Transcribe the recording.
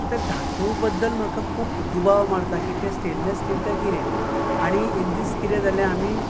so त्या धातू बद्दल म्हाका खूब दुबाव मारता की तें स्टेनलेस स्टील काय कितें आनी एक दीस कितें जालें आमी